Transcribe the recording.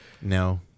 No